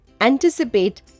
anticipate